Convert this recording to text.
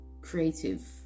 creative